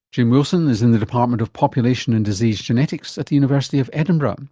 jim wilson is in the department of population and disease genetics at the university of edinburgh um